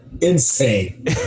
Insane